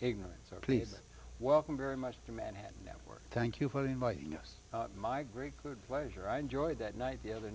ignorance or please welcome very much to manhattan network thank you for inviting us my great good pleasure i enjoyed that night the other